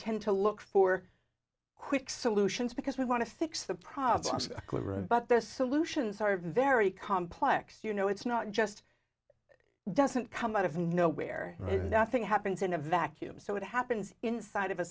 tend to look for quick solutions because we want to fix the problems quiver and but their solutions are very complex you know it's not just doesn't come out of nowhere right nothing happens in a vacuum so what happens inside of a